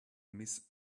miss